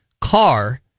car